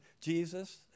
Jesus